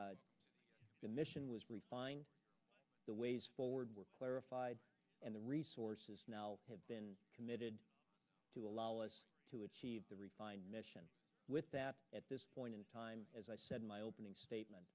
the mission was refined the ways forward were clarified and the resources now have been committed to allow us to achieve the refined mission with that at this point in time as i said in my opening statement